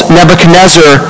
Nebuchadnezzar